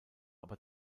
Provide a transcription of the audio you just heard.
aber